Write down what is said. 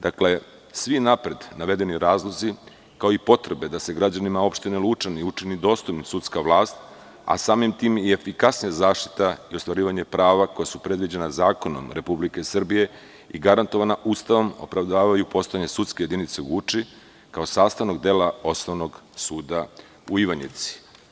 Dakle, svi napred navedeni razlozi kao i potrebe da se građanima opštine Lučani učini dostupnim sudska vlast, a samim tim je i efikasnija zaštita i ostvarivanje prava koja su predviđena zakonom Republike Srbije i garantovana Ustavom opravdavaju postojanje sudske jedinice u Guči, kao sastavnog dela Osnovnog suda u Ivanjici.